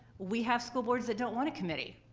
we have school boards that don't want a committee.